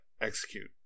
Execute